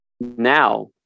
now